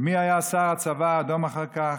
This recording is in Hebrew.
ומי היה שר הצבא האדום אחר כך?